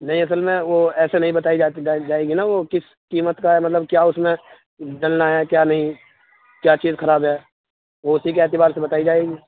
نہیں اصل میں وہ ایسے نہیں بتائی جائے گی نا وہ کس قیمت کا ہے مطلب کیا اس میں ڈلنا ہے کیا نہیں کیا چیز خراب ہے وہ اسی کے اعتبار سے بتائی جائے گی